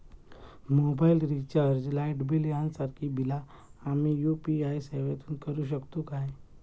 Mobile recharge, light bill यांसारखी बिला आम्ही यू.पी.आय सेवेतून करू शकतू काय?